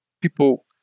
People